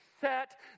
set